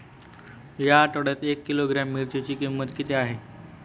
या आठवड्यात एक किलोग्रॅम मिरचीची किंमत किती आहे?